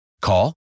Call